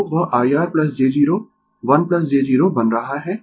तो वह IR j 0 1 j 0 बन रहा है